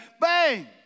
bang